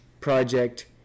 project